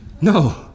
no